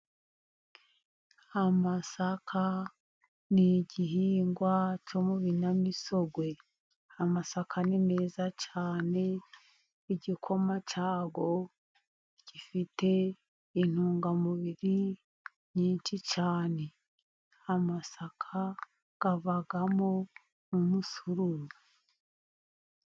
Amasaka ni igihingwa cyo mu binyamisogwe . Amasaka ni meza cyane. Igikoma cyayo gifite intungamubiri nyinshi cyane. Amasaka, avamo n'umusururu.